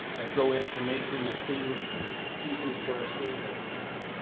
that go into making steam pieces for a steam locomotive.